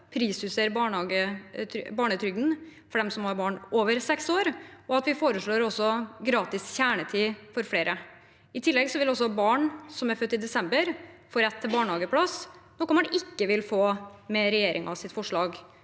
prisjustere barnetrygden for dem som har barn over seks år, og at vi også foreslår gratis kjernetid for flere. I tillegg vil barn som er født i desember, få rett til barnehageplass, noe man ikke vil få med regjeringens forslag.